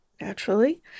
naturally